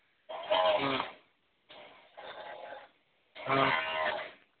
हाँ